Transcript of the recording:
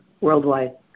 worldwide